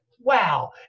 wow